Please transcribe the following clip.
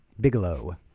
Bigelow